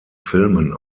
filmen